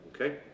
okay